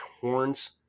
horns